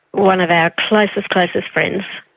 one of our closest, closest friends.